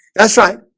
that's right.